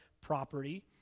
property